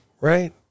Right